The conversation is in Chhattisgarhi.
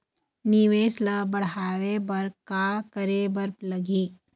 निवेश ला बड़हाए बर का करे बर लगही?